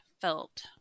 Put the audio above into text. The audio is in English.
felt